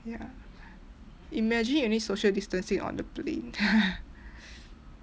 ya imagine you need social distancing on the plane